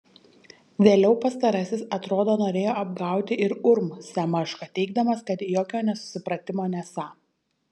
vėliau pastarasis atrodo norėjo apgauti ir urm semašką teigdamas kad jokio nesusipratimo nesą